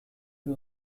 who